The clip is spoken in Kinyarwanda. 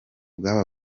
bw’aba